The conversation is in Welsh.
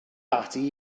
ati